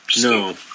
No